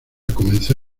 comenzó